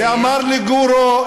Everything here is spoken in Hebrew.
ואמר לגורו,